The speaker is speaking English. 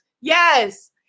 yes